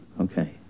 Okay